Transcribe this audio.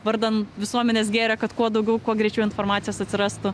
vardan visuomenės gėrio kad kuo daugiau kuo greičiau informacijos atsirastų